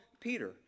Peter